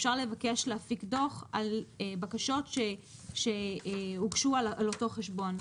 כאשר אפשר לבקש להפיק דוח על בקשות שהוגשו על אותו חשבון.